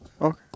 Okay